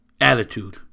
attitude